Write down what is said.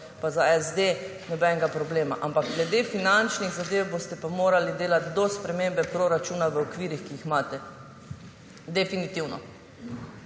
pa za SD, nobenega problema. Ampak glede finančnih zadev boste pa morali delati do spremembe proračuna v okvirih, ki jih imate. Definitivno.